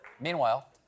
meanwhile